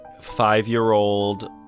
five-year-old